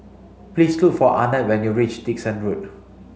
please look for Arnett when you reach Dickson Road